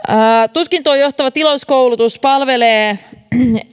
tutkintoon johtava tilauskoulutus palvelee